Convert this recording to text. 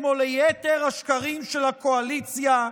כמו ליתר השקרים של הקואליציה,